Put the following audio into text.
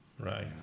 Right